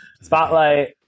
spotlight